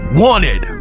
wanted